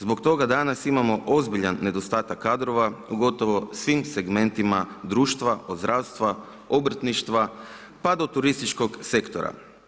Zbog toga danas imamo ozbiljan nedostatak kadrova, u gotovo svim segmentima društva od zdravstva, obrtništva, pa do turističkog sektora.